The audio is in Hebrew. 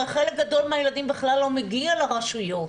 הרי חלק גדול מהילדים בכלל לא מגיע לרשויות.